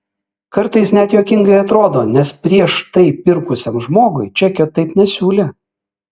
kartais net juokingai atrodo nes prieš tai pirkusiam žmogui čekio taip nesiūlė